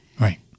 Right